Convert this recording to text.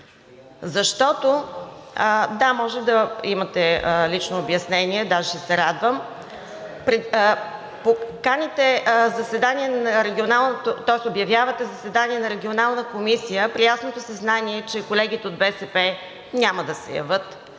защото, да, може да имате лично обяснение – даже ще се радвам, каните, тоест обявявате заседание на Регионална комисия с ясното съзнание, че колегите от БСП няма да се явят.